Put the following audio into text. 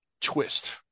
twist